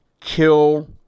kill